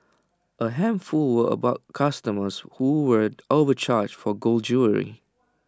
A handful were about customers who were overcharged for gold jewellery